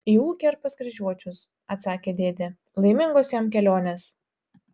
į ūkį ar pas kryžiuočius atsakė dėdė laimingos jam kelionės